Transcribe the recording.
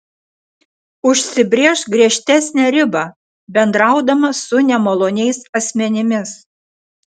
užsibrėžk griežtesnę ribą bendraudama su nemaloniais asmenimis